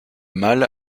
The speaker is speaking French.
mâle